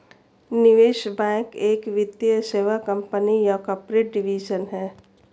निवेश बैंक एक वित्तीय सेवा कंपनी या कॉर्पोरेट डिवीजन है